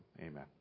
amen